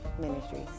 Ministries